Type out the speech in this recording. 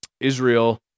Israel